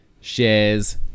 shares